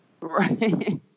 right